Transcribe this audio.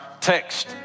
text